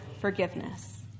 forgiveness